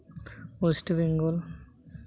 West Bengal